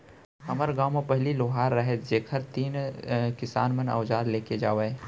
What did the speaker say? हर गॉंव म पहिली लोहार रहयँ जेकर तीन किसान मन अवजार लेके जावयँ